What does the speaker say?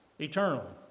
eternal